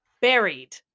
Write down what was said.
buried